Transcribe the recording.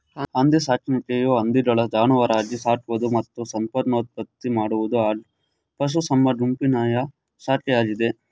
ಹಂದಿ ಸಾಕಾಣಿಕೆಯು ಹಂದಿಗಳನ್ನು ಜಾನುವಾರಾಗಿ ಸಾಕುವುದು ಮತ್ತು ಸಂತಾನೋತ್ಪತ್ತಿ ಮಾಡುವುದು ಹಾಗೂ ಪಶುಸಂಗೋಪನೆಯ ಶಾಖೆಯಾಗಿದೆ